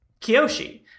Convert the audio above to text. Kiyoshi